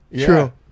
True